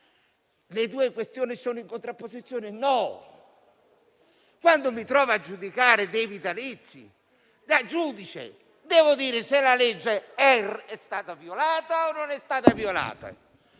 Le due questioni sono in contrapposizione? No. Quando mi trovo a giudicare dei vitalizi, da giudice devo dire se la legge è stata o meno violata;